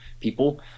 people